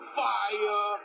fire